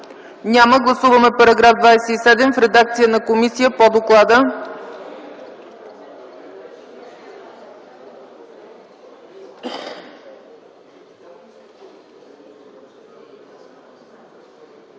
Няма. Гласуваме § 27 в редакция на комисията по доклада.